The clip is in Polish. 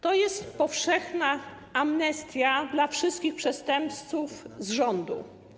To jest powszechna amnestia dla wszystkich przestępców z rządu.